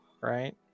right